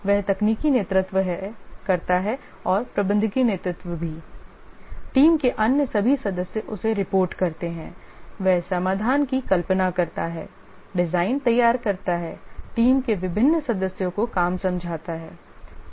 वह तकनीकी नेतृत्व है और प्रबंधकीय नेतृत्व भी टीम के अन्य सभी सदस्य उसे रिपोर्ट करते हैं वह समाधान की कल्पना करता है डिजाइन तैयार करता है टीम के विभिन्न सदस्यों को काम समझाता है